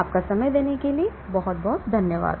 आपका समय देने के लिए आपका बहुत बहुत धन्यवाद